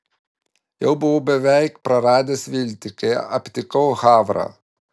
jau buvau veik praradęs viltį kai aptikau havrą